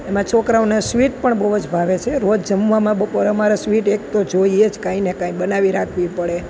એમાં છોકરાઓને સ્વીટ પણ બહુ જ ભાવે છે રોજ જમવામાં બપોરે અમારે સ્વીટ એક તો જોઈએ જ કાંઇને કાંઇ બનાવી રાખવી પડે